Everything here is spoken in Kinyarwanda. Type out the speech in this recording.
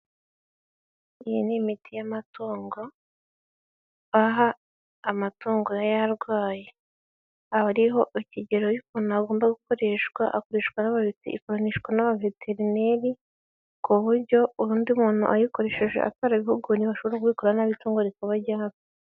Iyi ni imiti y'amatungo baha amatungo yarwaye, haba hariho ikigero cy'ukuntu agomba gukoreshwa, akoreshwa n'abaveterineri, ku buryo undi muntu ayikoresheje atarabihuguriwe ashobora kubikora nabi itungo rikaba ryapfa.